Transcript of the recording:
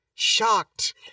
shocked